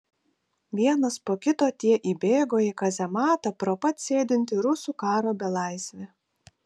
vienas po kito tie įbėgo į kazematą pro pat sėdintį rusų karo belaisvį